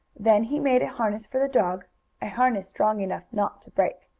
then he made a harness for the dog a harness strong enough not to break.